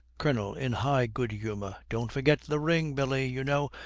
colonel, in high good humour, don't forget the ring, billy. you know,